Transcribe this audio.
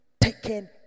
taken